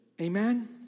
Amen